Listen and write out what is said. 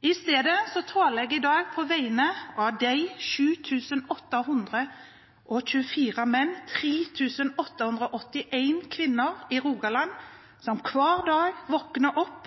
I stedet taler jeg i dag på vegne av de 7 824 menn og 3 881 kvinner i Rogaland som hver dag våkner opp